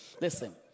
listen